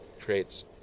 creates